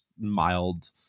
mild